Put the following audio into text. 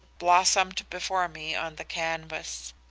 blossomed before me on the canvas.